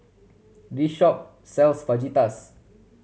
this shop sells Fajitas